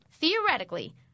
theoretically